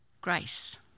Grace